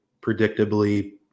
predictably